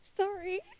Sorry